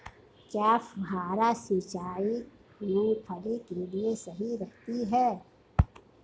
क्या फुहारा सिंचाई मूंगफली के लिए सही रहती है?